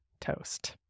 Toast